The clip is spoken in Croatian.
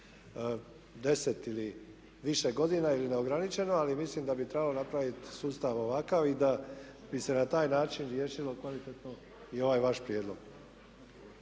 10 ili više godina ili neograničeno. Ali mislim da bi trebalo napraviti sustav ovakav i da bi se na taj način riješilo kvalitetno i ovaj vaš prijedlog.